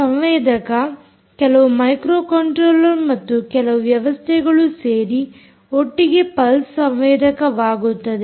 ಸಂವೇದಕ ಕೆಲವು ಮೈಕ್ರೋಕಂಟ್ರೋಲ್ಲರ್ ಮತ್ತು ಕೆಲವು ವ್ಯವಸ್ಥೆಗಳು ಸೇರಿ ಒಟ್ಟಿಗೆ ಪಲ್ಸ್ ಸಂವೇದಕವಾಗುತ್ತದೆ